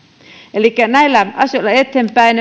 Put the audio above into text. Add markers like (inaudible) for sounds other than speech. elikkä näillä asioilla eteenpäin (unintelligible)